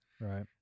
right